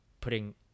putting